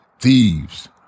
thieves